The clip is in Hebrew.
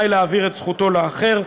והוא רשאי להעביר את זכותו לאחר.